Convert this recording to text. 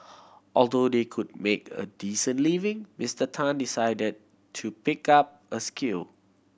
although they could make a decent living Mister Tan decided to pick up a skill